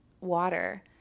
water